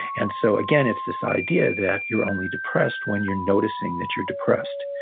and so again, it's this idea that you're only depressed when you're noticing that you're depressed.